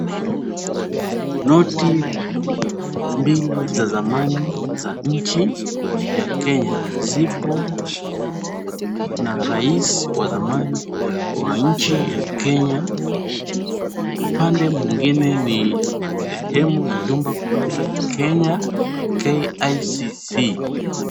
Noti mbili za zamani za nchi ya Kenya. Zipo na rais wa zamani wa nchi ya Kenya. Upande mwingine ni sehemu ya jumba kuu la Kenya KICC.